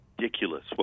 ridiculous